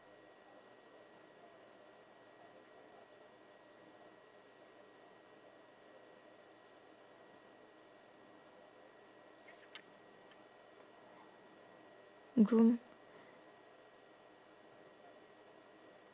groom